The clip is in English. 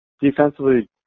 defensively